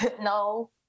No